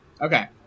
Okay